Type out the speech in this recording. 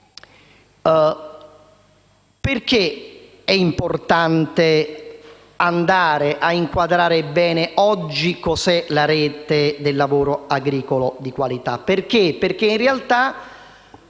Perché è importante inquadrare bene oggi cos'è la Rete del lavoro agricolo di qualità? Perché in realtà